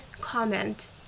comment